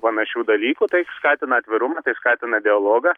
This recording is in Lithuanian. panašių dalykų tai skatina atvirumą tai skatina dialogą